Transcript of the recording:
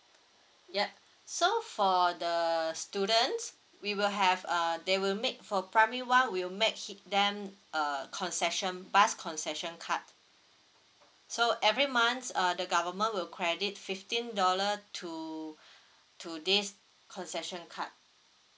yup so for the students we will have uh they will make for primary one will make hit them uh concession bus concession card so every months uh the government will credit fifteen dollar to to this concession card